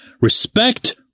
respect